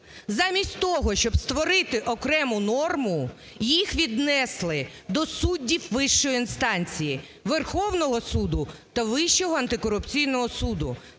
Замість того, щоб створити окрему норму, їх віднесли до суддів вищої інстанції – Верховного Суду та Вищого антикорупційного суду.